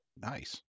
Nice